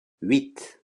huit